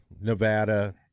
Nevada